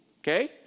okay